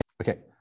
Okay